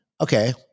Okay